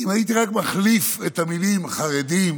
הייתי רק מחליף את המילה "חרדים"